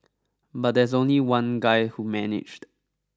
but there's only one guy who managed